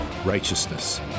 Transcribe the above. Righteousness